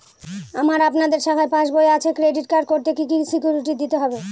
আমার আপনাদের শাখায় পাসবই আছে ক্রেডিট কার্ড করতে কি কি সিকিউরিটি দিতে হবে?